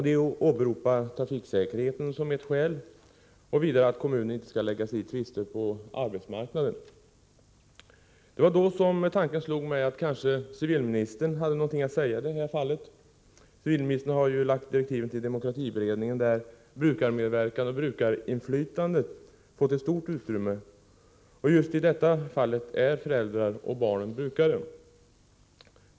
De åberopar trafiksäkerheten som ett skäl och vidare att kommunen inte skall lägga sig i tvister på arbetsmarknaden. Det var då som tanken slog mig att kanske civilministern hade något att säga i det här fallet. Civilministern har ju givit direktiv till demokratiberedningen, där brukarmedverkan och brukarinflytandet fått stort utrymme. I just detta fall är föräldrar och barn brukare.